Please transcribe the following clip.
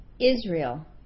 Israel